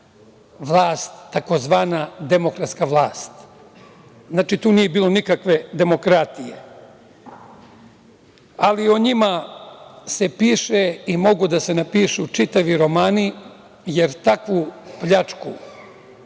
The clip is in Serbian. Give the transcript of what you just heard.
vlast, tzv. demokratska vlast. Znači, tu nije bilo nikakve demokratije.O njima se piše i mogu da se napišu čitavi romani, jer takvu pljačku,